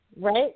Right